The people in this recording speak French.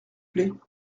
plait